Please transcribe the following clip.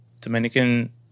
Dominican